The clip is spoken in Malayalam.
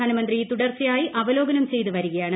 പ്രധാനമന്ത്രി തുടർച്ചയായി അവലോകനം ചെയ്ത് വരികയാണ്